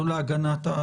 לא להגנת,